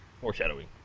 Foreshadowing